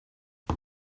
har